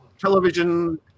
television